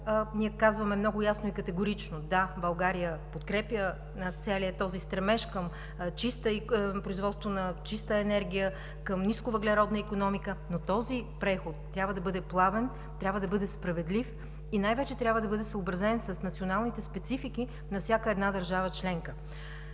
ние казваме много ясно и категорично: да, България подкрепя целия този стремеж към производството на чиста енергия, към нисковъглеродна икономика, но този преход трябва да бъде плавен, трябва да бъде справедлив и най-вече трябва да бъде съобразен с националните специфики на всяка една държава членка.